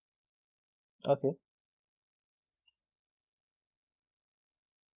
okay